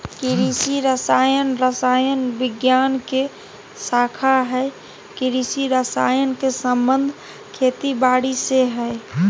कृषि रसायन रसायन विज्ञान के शाखा हई कृषि रसायन के संबंध खेती बारी से हई